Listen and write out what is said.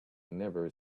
never